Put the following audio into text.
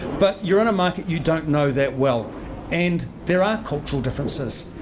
but you're in a market you don't know that well and there are cultural differences.